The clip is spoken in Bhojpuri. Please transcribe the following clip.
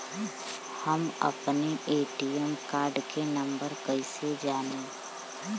हम अपने ए.टी.एम कार्ड के नंबर कइसे जानी?